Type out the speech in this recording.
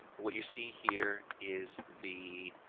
what you see here is the